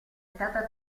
stata